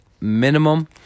minimum